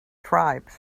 tribes